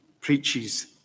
preaches